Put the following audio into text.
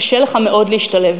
קשה לך מאוד להשתלב.